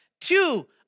Two